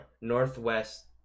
northwest